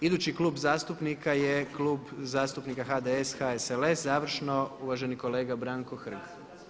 Idući klub zastupnika je Klub zastupnika HDS-HSLS završno uvaženi kolega Branko Hrg.